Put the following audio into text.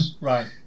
Right